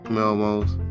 Melmos